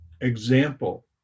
example